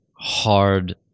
hard